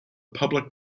public